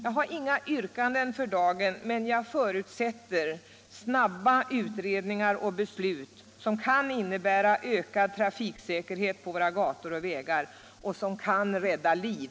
Jag har för dagen inga yrkanden, men jag förutsätter snabba utredningar och beslut som kan innebära ökad trafiksäkerhet på gator och vägar och som kan rädda liv.